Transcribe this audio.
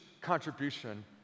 contribution